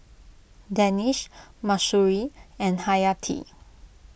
Danish Mahsuri and Hayati